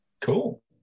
Cool